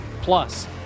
Plus